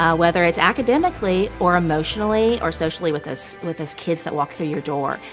ah whether it's academically or emotionally or socially with those with those kids that walk through your door.